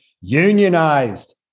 unionized